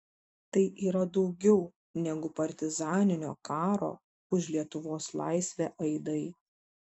tai yra daugiau negu partizaninio karo už lietuvos laisvę aidai